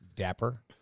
Dapper